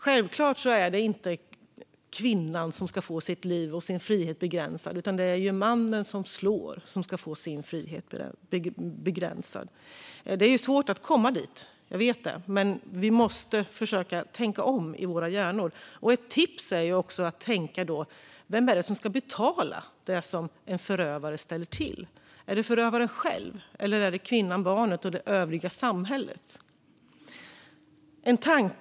Självklart är det inte kvinnan som ska få sitt liv och sin frihet begränsad, utan det är mannen som slår som ska få sin frihet begränsad. Men det är svårt att nå dit, jag vet det, men vi måste försöka tänka om i våra hjärnor. Ett tips är att tänka på vem det är som ska betala det som en förövare ställer till: Är det förövaren själv eller är det kvinnan, barnet och det övriga samhället som ska betala?